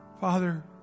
Father